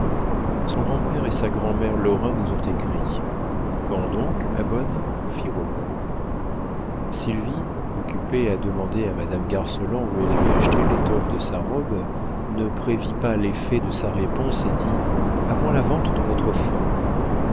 son grand-père et sa grand'mère lorrain nous ont écrit quand donc ma bonne fit rogron sylvie occupée à demander à madame garceland où elle avait acheté l'étoffe de sa robe ne prévit pas l'effet de sa réponse et dit avant la vente de notre fonds